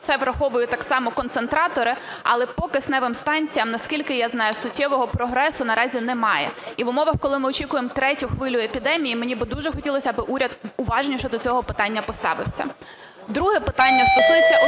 це враховує так само концентратори, але по кисневим станціям, наскільки я знаю, суттєвого прогресу наразі немає. І в умовах, коли ми очікуємо третю хвилю епідемії, мені би дуже хотілось, аби уряд уважніше до цього питання поставився. Друге питання стосується освіти.